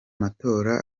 matora